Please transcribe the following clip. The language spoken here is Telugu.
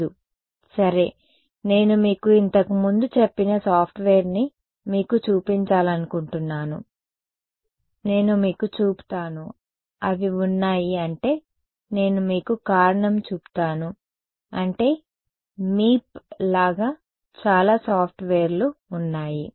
లేదు సరే నేను మీకు ఇంతకు ముందు చెప్పిన సాఫ్ట్వేర్ని మీకు చూపించాలనుకుంటున్నాను నేను మీకు చూపుతాను అవి ఉన్నాయి అంటే నేను మీకు కారణం చూపుతాను అంటే మీప్ లాగా చాలా సాఫ్ట్వేర్లు ఉన్నాయి